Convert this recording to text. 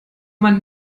man